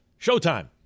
showtime